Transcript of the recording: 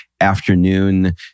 afternoon